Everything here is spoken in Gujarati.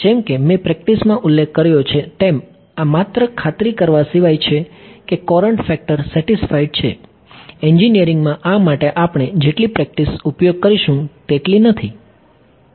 જેમ કે મેં પ્રેક્ટિસમાં ઉલ્લેખ કર્યો છે તેમ આ માત્ર ખાતરી કરવા સિવાય છે કે કોરન્ટ ફેક્ટર સેટિસ્ફાઈડ છે એન્જિનિયરિંગમાં આ માટે આપણે જેટલી પ્રેક્ટિસ ઉપયોગ કરીશું તેટલી નથી